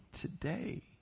today